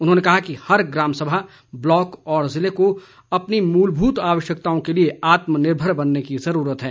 उन्होंने कहा कि हर ग्राम सभा ब्लॉक और जिले को अपनी मूलभूत आवश्यकताओं के लिए आत्मनिर्भर बनने की जरूरत है